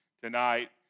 Tonight